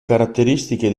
caratteristiche